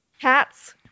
cats